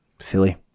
Silly